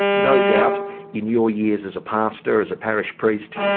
no doubt in your years as a pastor, as a parish priest,